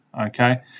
Okay